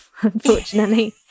unfortunately